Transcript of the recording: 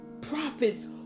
prophets